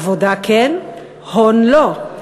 עבודה, כן, הון, לא.